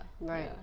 Right